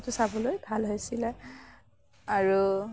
সেইটো চাবলৈ ভাল হৈছিলে আৰু